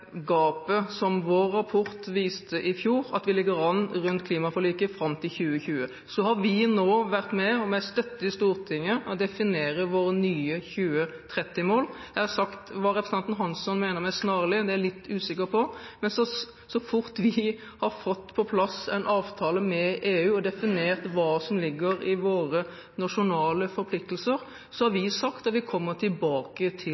gapet som vår rapport i fjor viste at vi ligger an til rundt klimaforliket fram til 2020. Så har vi nå vært med på, og med støtte i Stortinget, å definere våre nye 2030-mål. Hva representanten Hansson mener med «rimelig snart», er jeg litt usikker på, men vi har sagt at så fort vi har fått på plass en avtale med EU og fått definert hva som ligger i våre nasjonale forpliktelser, kommer vi